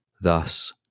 thus